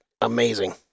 amazing